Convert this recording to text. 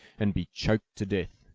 and be choked to death.